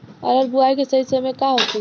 अरहर बुआई के सही समय का होखे?